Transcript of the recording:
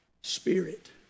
spirit